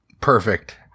Perfect